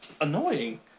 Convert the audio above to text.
annoying